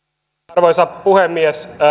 arvoisa puhemies